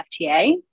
FTA